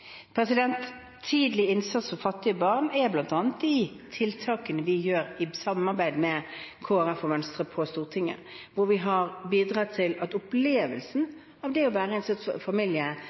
er bl.a. de tiltakene vi har satt inn i samarbeid med Kristelig Folkeparti og Venstre på Stortinget, som har bidratt til at opplevelsen av det å være i en